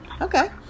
Okay